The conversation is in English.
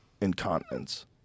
Incontinence